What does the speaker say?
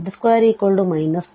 ಇದು ಫಂಕ್ಷನ್ ನ ನಾಲ್ಕು ಅಂಶಗಳು